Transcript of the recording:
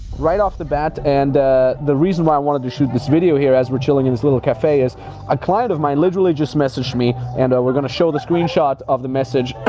right off the bat, and the reason why i wanted to shoot this video here as we're chilling in this little cafe is a client of mine literally just messaged me and we're gonna show the screenshot of the message.